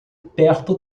perto